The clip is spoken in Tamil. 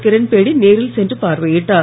கிரண்பேடி நேரில் சென்று பார்வையிட்டார்